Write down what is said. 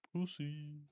pussy